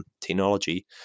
technology